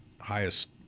highest